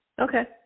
Okay